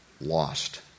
Lost